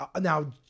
now